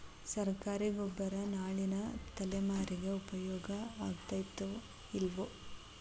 ಸರ್ಕಾರಿ ಗೊಬ್ಬರ ನಾಳಿನ ತಲೆಮಾರಿಗೆ ಉಪಯೋಗ ಆಗತೈತೋ, ಇಲ್ಲೋ?